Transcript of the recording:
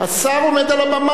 השר עומד על הבמה.